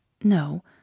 No